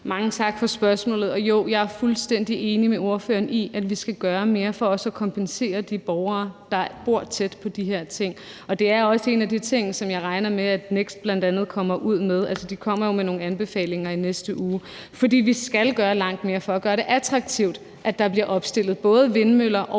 Mange tak for spørgsmålet. Jo, jeg er fuldstændig enig med spørgeren i, at vi skal gøre mere for også at kompensere de borgere, der bor tæt på de her ting. Det er også en af de ting, som jeg regner med at NEKST bl.a. kommer ud med – de kommer jo med nogle anbefalinger i næste uge – for vi skal gøre langt mere for at gøre det attraktivt, at der bliver opstillet både vindmøller og